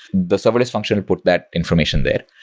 the serverless function will put that information there.